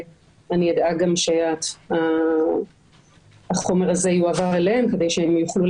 אדאג שהחומר הזה יועבר אליהם כדי שהם יוכלו